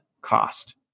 cost